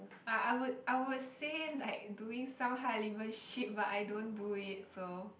uh I would I would say like doing some high element shit but I don't do it so